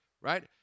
right